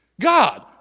God